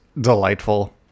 delightful